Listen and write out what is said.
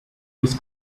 was